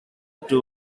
two